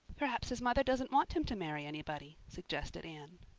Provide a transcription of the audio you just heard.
perhaps his mother doesn't want him to marry anybody, suggested anne.